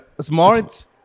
smart